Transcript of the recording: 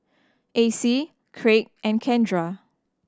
Acie Kraig and Kendra